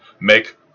Make